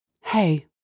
hey